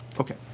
Okay